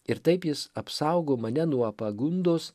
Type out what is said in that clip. ir taip jis apsaugo mane nuo pagundos